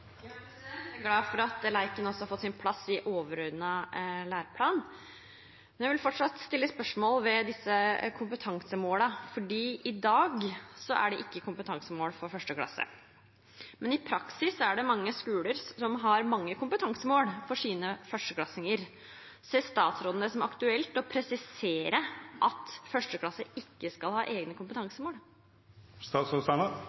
Jeg er glad for at leken også har fått sin plass i overordnet læreplan. Men jeg vil fortsatt stille spørsmål om kompetansemålene. I dag er det ikke kompetansemål for 1. klasse, men i praksis er det mange skoler som har mange kompetansemål for sine førsteklassinger. Ser statsråden det som aktuelt å presisere at 1. klasse ikke skal ha egne